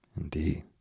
Indeed